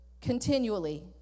continually